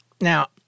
now